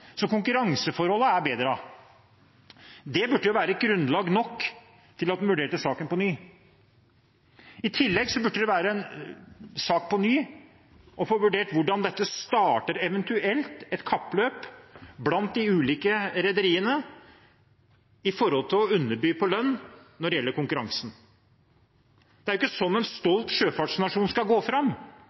er forbedret. Det burde være grunnlag nok for å vurdere saken på nytt. I tillegg burde vi få en sak på nytt om å få vurdert hvordan dette eventuelt starter et kappløp blant de ulike rederiene om å underby på lønn når det gjelder konkurransen. Det er ikke slik en stolt sjøfartsnasjon skal gå fram